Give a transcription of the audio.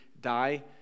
die